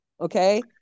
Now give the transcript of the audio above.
okay